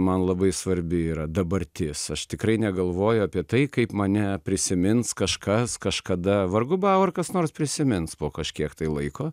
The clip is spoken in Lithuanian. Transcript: man labai svarbi yra dabartis aš tikrai negalvoju apie tai kaip mane prisimins kažkas kažkada vargu bau ar kas nors prisimins po kažkiek tai laiko